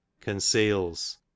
conceals